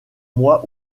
mois